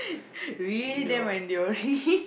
really damn enduring